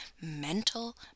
mental